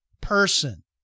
person